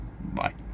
Bye